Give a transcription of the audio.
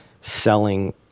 selling